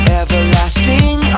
everlasting